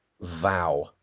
Vow